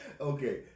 Okay